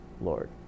Lord